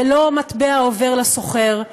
זה לא מטבע עובר לסוחר.